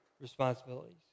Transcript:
responsibilities